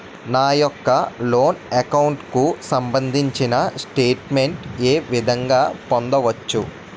నా యెక్క loan account కు సంబందించిన స్టేట్ మెంట్ ఏ విధంగా పొందవచ్చు?